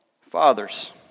Fathers